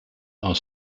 are